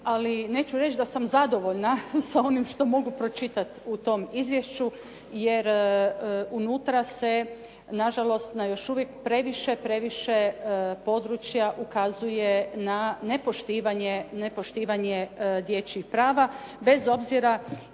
ali neću reći da sam zadovoljna sa onim što mogu pročitati u tom izvješću jer unutra se nažalost na još uvijek previše, previše područja ukazuje na nepoštivanje dječjih prava, bez obzira i na